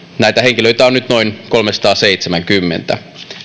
näitä henkilöitä on nyt noin kolmesataaseitsemänkymmentä